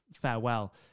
farewell